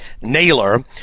Naylor